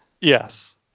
Yes